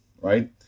right